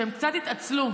שהם קצת התעצלו.